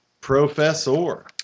Professor